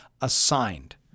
assigned